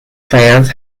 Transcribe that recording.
fans